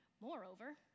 Moreover